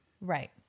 Right